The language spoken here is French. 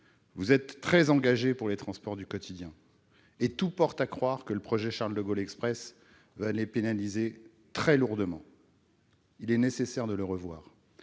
vous êtes très engagée pour les transports du quotidien, or tout porte à croire que le projet du Charles-de-Gaulle Express va les pénaliser très lourdement. Il est nécessaire de le revoir.